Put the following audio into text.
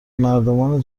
مردمان